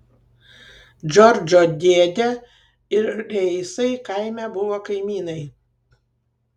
džordžo dėdė ir reisai kaime buvo kaimynai